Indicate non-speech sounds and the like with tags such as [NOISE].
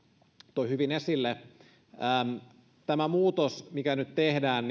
toi hyvin esille toivon että tämä muutos mikä nyt tehdään [UNINTELLIGIBLE]